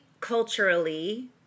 culturally